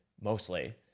mostly